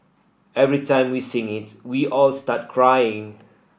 every time we sing it we all start crying